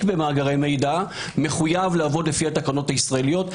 במאגרי מידע מחויב לעבוד לפי התקנות הישראליות.